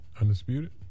Undisputed